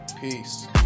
peace